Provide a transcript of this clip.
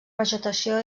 vegetació